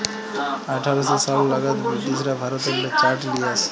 আঠার শ সাল লাগাদ বিরটিশরা ভারতেল্লে চাঁট লিয়ে আসে